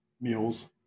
meals